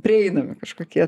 prieinami kažkokie